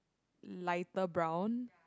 lighter brown